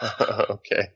Okay